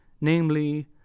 namely